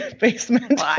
basement